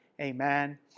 Amen